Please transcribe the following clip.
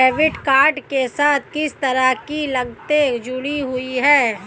Debit card के साथ किस तरह की लागतें जुड़ी हुई हैं?